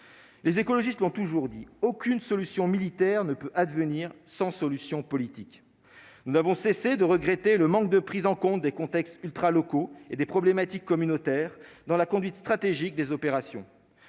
Les écologistes ont toujours dit : aucune solution militaire ne peut advenir sans solution politique, nous n'avons cessé de regretter le manque de prise en compte des contextes ultra-locaux et des problématiques communautaires dans la conduite stratégique des opérations